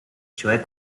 cioè